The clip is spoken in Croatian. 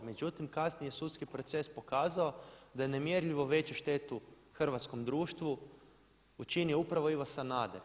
Međutim, kasnije je sudski proces pokazao da je nemjerljivo veću štetu hrvatskom društvu učinio upravo Ivo Sanader.